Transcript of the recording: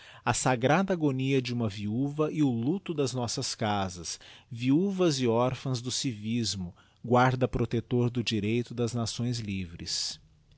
a sagrada agonia de uma viuva e o luto das nossas casas digiti zedby google viuvas e orphâs do civismo guarda protector do direito das nações livres